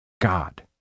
god